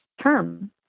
term